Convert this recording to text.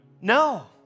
No